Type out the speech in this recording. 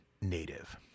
Native